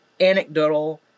anecdotal